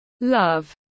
Love